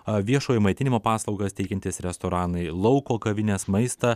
o viešojo maitinimo paslaugas teikiantys restoranai lauko kavinės maistą